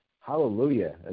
Hallelujah